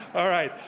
all right.